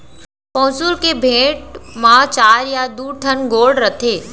पौंसुल के बेंट म चार या दू ठन गोड़ रथे